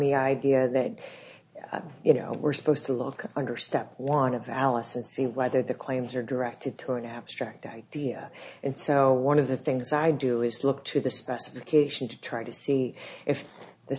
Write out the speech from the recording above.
the idea that you know we're supposed to look under step one of alice and see whether the claims are directed toward an abstract idea and so one of the things i do is look to the specification to try to see if the